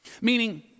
Meaning